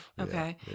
Okay